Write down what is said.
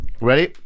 Ready